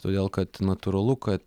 todėl kad natūralu ka